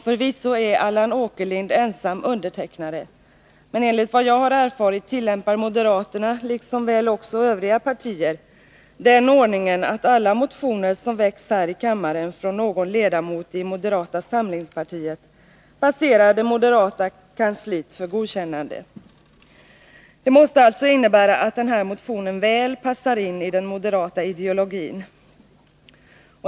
Förvisso är Allan Åkerlind ensam undertecknare, men enligt vad jag har erfarit tillämpar moderaterna, liksom väl också övriga partier, den ordningen att alla motioner som väcks här i kammaren från någon ledamot i moderata samlingspartiet passerar det moderata riksdagskansliet för godkännande. Det måste alltså innebära att den här motionen väl passar in i den moderata ideologin.